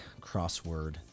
Crossword